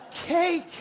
cake